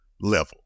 level